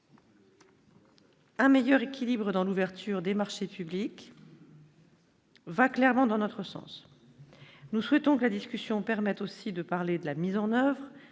Un meilleur équilibre dans l'ouverture des marchés publics. Va clairement dans notre sens, nous souhaitons que la discussion permette aussi de parler de la mise en oeuvre